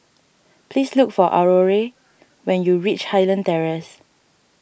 please look for Aurore when you reach Highland Terrace